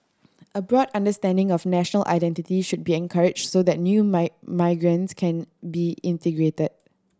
a broad understanding of national identity should be encouraged so that new migrants can be integrate